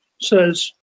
says